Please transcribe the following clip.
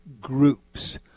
groups